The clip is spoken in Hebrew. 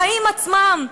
החיים עצמם,